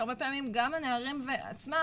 שהרבה פעמים גם הנערים עצמם,